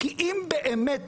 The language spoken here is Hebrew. כי אם באמת,